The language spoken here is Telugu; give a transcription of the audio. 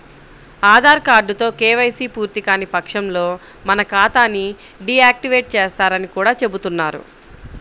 ఆధార్ కార్డుతో కేవైసీ పూర్తికాని పక్షంలో మన ఖాతా ని డీ యాక్టివేట్ చేస్తారని కూడా చెబుతున్నారు